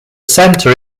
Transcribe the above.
centre